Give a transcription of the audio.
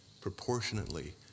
proportionately